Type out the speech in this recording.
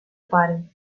pare